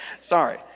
Sorry